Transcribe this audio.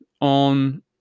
on